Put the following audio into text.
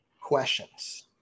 questions